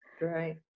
Right